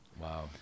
Wow